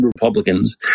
Republicans